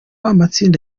amatsinda